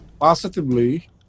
positively